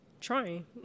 trying